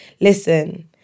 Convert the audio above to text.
Listen